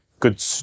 good